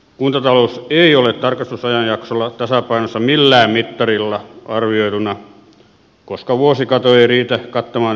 kuntatalous ei ole tarkastusajanjaksolla tasapainossa millään mittarilla arvioituna koska vuosikate ei riitä kattamaan edes poistoja